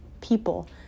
people